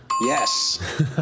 Yes